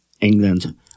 England